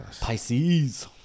Pisces